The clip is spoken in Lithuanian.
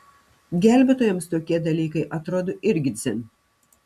gelbėtojams tokie dalykai atrodo irgi dzin